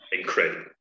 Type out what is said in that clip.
incredible